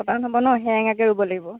পতান হ'ব নহ সেৰেঙাকৈ ৰুব লাগিব